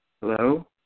Hello